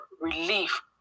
relief